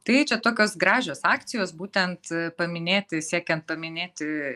tai čia tokios gražios akcijos būtent paminėti siekiant paminėti